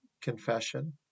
confession